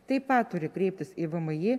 taip pat turi kreiptis į vmi